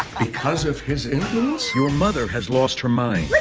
because of his influence your mother has lost her mind.